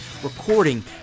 recording